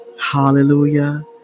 Hallelujah